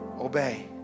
obey